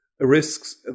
Risks